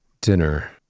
dinner